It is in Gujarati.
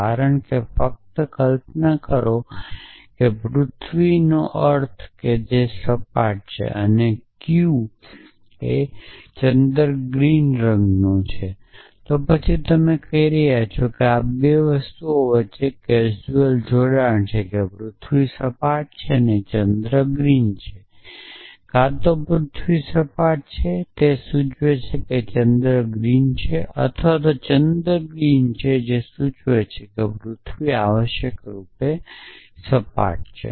કારણ કે ફક્ત કલ્પના કરો કે પૃથ્વીનો અર્થ એ છે કે તે સપાટ છે અને q ચંદ્ર ગ્રીન રંગનો છે તો પછી તમે કહી રહ્યા છો કે આ 2 વસ્તુઓ વચ્ચે કેઝ્યુઅલ જોડાણ છે કે પૃથ્વી સપાટ છે અને ચંદ્ર ગ્રીન છે કે કાં તો પૃથ્વી સપાટ છે તે સૂચવે છે કે ચંદ્ર ગ્રીન છે અથવા ચંદ્ર ગ્રીન છે એ સૂચવે છે કે પૃથ્વી આવશ્યકરૂપે સપાટ છે